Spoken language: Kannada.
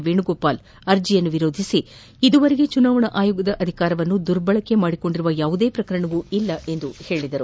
ವೇಣುಗೋಪಾಲ್ ಅರ್ಜೆಯನ್ನು ವಿರೋಧಿಸಿ ಈವರೆಗೆ ಚುನಾವಣಾ ಆಯೋಗದ ಅಧಿಕಾರವನ್ನು ದುರ್ಬಳಕೆ ಮಾಡಿಕೊಂಡ ಯಾವುದೇ ಪ್ರಕರಣ ಇಲ್ಲ ಎಂದು ಹೇಳಿದರು